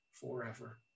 forever